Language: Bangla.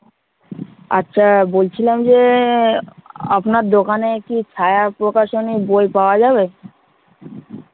আচ্ছা বলছিলাম যে আপনার দোকানে কি ছায়া প্রকাশনীর বই পাওয়া যাবে